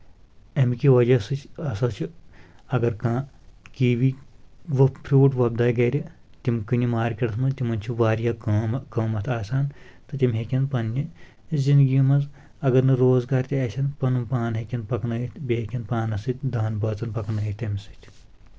امہِ کہِ وجہ سۭتۍ ہسا چھُ اگر کانٛہہ کی وی فروٗٹ وۄپداوِ گرِ تِم کنہِ مارکیٹس منٛز تِمن چھِ واریاہ قۭمَتھ آسان تہٕ تِم ہیٚکن پنٕنہِ زندگی منٛز اگر نہٕ روزگار تہِ آسن پنُن پان ہیکن پکنٲیِتھ بیٚیہِ ہؠکن پانس سۭتۍ دہَن بٲژن پکنٲیِتھ تمہِ سۭتۍ